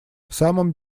самом